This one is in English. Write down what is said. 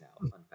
now